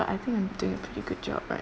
but I think I'm doing a pretty good job right